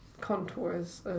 contours